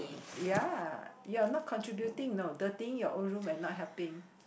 ya you're not contributing you know dirtying your own room and not helping